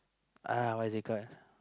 uh what is it call